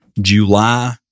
July